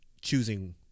choosing